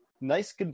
Nice